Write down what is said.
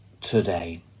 today